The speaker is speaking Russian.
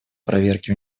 проверке